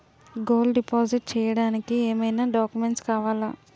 Gold deposit చేయడానికి ఏమైనా documents కావాలా?